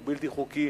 "בלתי חוקי",